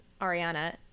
ariana